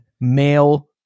male